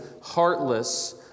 heartless